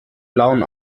blauen